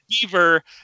beaver